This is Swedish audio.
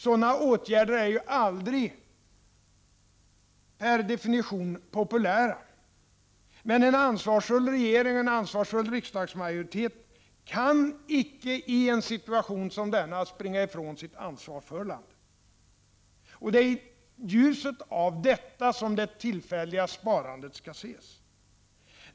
Sådana åtgärder är ju aldrig populära, men en ansvarsfull regering och en ansvarsfull riksdagsmajoritet kan i en sådan här situation inte springa ifrån sitt ansvar för landet. Det är i ljuset av detta som det tillfälliga sparandet skall ses.